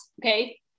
Okay